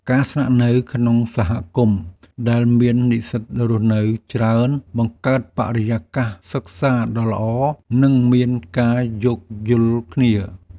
ការស្នាក់នៅក្នុងសហគមន៍ដែលមាននិស្សិតរស់នៅច្រើនបង្កើតបរិយាកាសសិក្សាដ៏ល្អ និងមានការយោគយល់គ្នា។